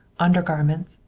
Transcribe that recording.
undergarments,